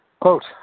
Quote